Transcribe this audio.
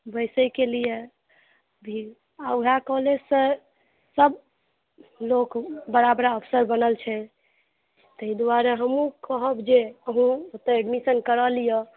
वैसेके लिए भी आ वएह कॉलेजसँ सभ लोक बड़ा बड़ा अफसर बनल छै तै दुआरे हमहुँ कहब जे अहुँ से एडमिशन करा लिअ